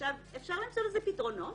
אפשר למצוא לזה פתרונות.